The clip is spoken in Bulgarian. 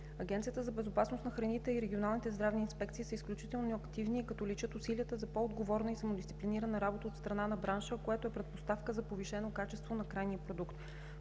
Агенцията за безопасност на храните и регионалните здравни инспекции са изключително активни, като личат усилията за по отговорна и самодисциплинирана работа от страна на бранша, което е предпоставка за повишено качество на крайния продукт.